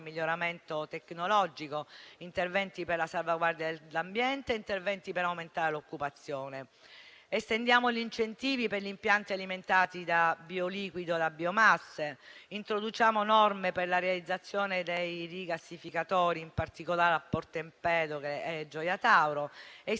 miglioramento tecnologico; interventi per la salvaguardia dell'ambiente e interventi per aumentare l'occupazione; estendiamo gli incentivi per gli impianti alimentati da bioliquido da biomasse, introduciamo norme per la realizzazione dei rigassificatori, in particolare a Porto Empedocle e Gioia Tauro, e